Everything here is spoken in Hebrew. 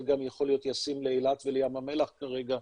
זה גם יכול להיות ישים לאילת ולים המלח כרגע,